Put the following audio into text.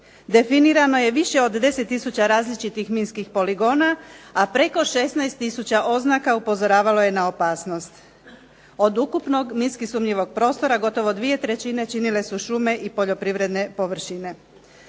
Definirano je više od 10 tisuća različitih minskih poligona, a preko 16 tisuća oznaka upozoravalo je na opasnost. Od ukupnog minski sumnjivog prostora gotovo dvije trećine činile su šume i poljoprivredne površine.